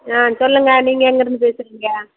ஆ சொல்லுங்க நீங்கள் எங்கிருந்து பேசுகிறிங்க